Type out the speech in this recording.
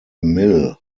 mill